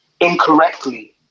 incorrectly